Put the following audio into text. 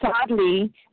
Sadly